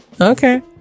Okay